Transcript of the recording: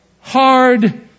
hard